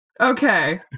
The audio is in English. Okay